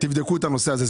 תבדקו את הנושא הזה.